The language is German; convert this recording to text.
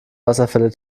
wasserfälle